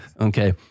Okay